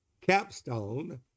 capstone